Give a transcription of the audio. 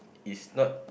is not